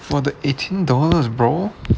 for the eighteen dollars bro